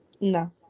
No